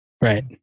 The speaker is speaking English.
Right